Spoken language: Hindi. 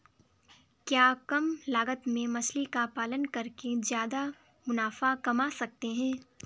क्या कम लागत में मछली का पालन करके ज्यादा मुनाफा कमा सकते हैं?